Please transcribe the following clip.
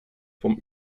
vom